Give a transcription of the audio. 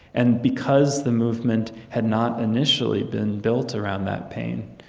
and because the movement had not initially been built around that pain,